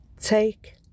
take